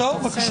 זה הגיוני.